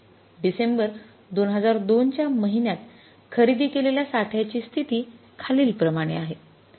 डिसेंबर २००२ च्या महिन्यात खरेदी केलेल्या साठ्याची स्थिती खालीलप्रमाणे आहे